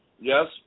Yes